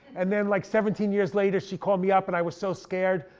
and then like seventeen years later she called me up, and i was so scared,